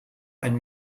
ein